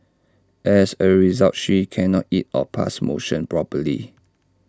as A result she cannot eat or pass motion properly